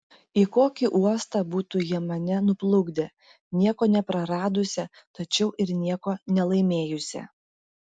į kokį uostą būtų jie mane nuplukdę nieko nepraradusią tačiau ir nieko nelaimėjusią